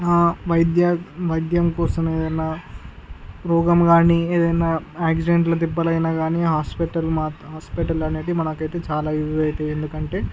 ఆ వైద్య వైద్యం కోసం ఏదైనా రోగం కాని ఏదైనా యాక్సిడెంట్ల దెబ్బలు అయినా కాని హాస్పిటల్ మా హాస్పిటల్ అనేది మనకు అయితే చాలా ఇవి అవుతాయి ఎందుకంటే